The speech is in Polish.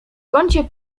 kącie